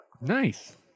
Nice